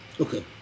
Okay